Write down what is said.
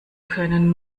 können